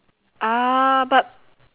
ah but